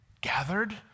Gathered